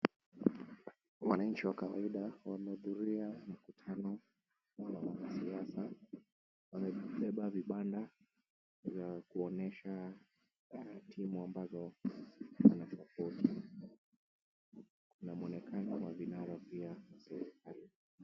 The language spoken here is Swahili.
Wananchi wa kawaida wamehudhuria mkutano wa wanasiasa. Wamebeba vibana vya kuonyesha timu ambayo wanasupport . Kuna mwonekano wa vinara pia.